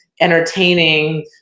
entertaining